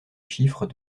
chiffre